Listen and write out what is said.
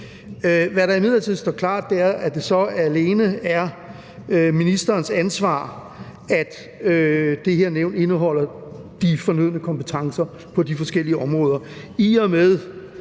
Hvad, der imidlertid står klart, er, at det så alene er ministerens ansvar, at det her nævn indeholder de fornødne kompetencer på de forskellige områder,